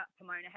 Pomona